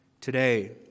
today